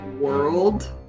world